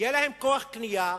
יהיה להם כוח קנייה